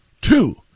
Two